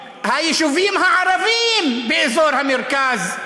או היישובים הערביים באזור המרכז,